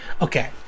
okay